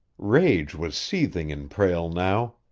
rage was seething in prale now.